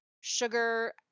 sugar